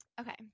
Okay